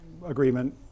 Agreement